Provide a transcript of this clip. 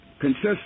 consists